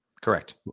Correct